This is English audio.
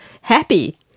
Happy